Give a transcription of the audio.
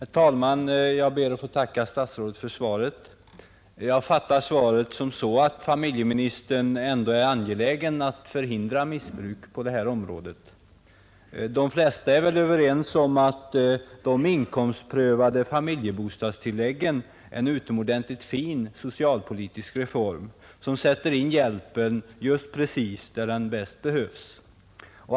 Herr talman! Jag ber att få tacka statsrådet för svaret. Jag fattar svaret så, att familjeministern ändå är angelägen att förhindra missbruk på detta område. De flesta är väl överens om att de inkomstprövade familjebostadstilläggen är en utomordentligt fin socialpolitisk reform, som sätter in hjälpen precis där den bäst behövs.